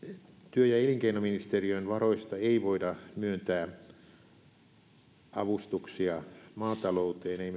työ ja elinkeinoministeriön varoista ei voida myöntää avustuksia maatalouteen ei